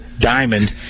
Diamond